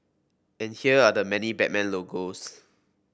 and here are the many Batman logos